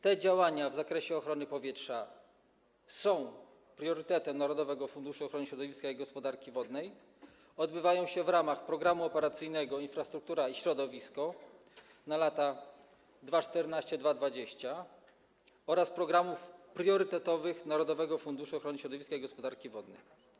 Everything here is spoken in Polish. Te działania w zakresie ochrony powietrza są priorytetem Narodowego Funduszu Ochrony Środowiska i Gospodarki Wodnej, odbywają się w ramach Programu Operacyjnego „Infrastruktura i środowisko” na lata 2014–2020 oraz programów priorytetowych Narodowego Funduszu Ochrony Środowiska i Gospodarki Wodnej.